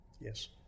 Yes